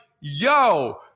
yo